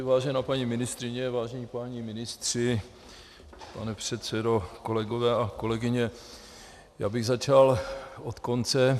Vážená paní ministryně, vážení páni ministři, pane předsedo, kolegové a kolegyně, já bych začal od konce.